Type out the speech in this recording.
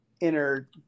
inner